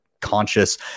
conscious